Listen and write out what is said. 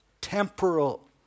temporal